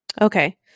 Okay